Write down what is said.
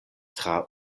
tra